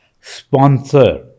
sponsor